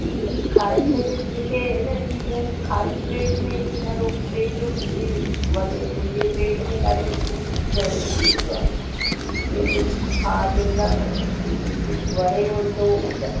ई ई खाईंदे मूंखे ई ॼण खाली पेट में ईअं ॾाढो पेट बि वञे थो जीअं पेट में ॾाढो सूर थियण लॻी पियो आहे जीअं कुझु खाद चाह न कुझु वणे कोन्ह थो त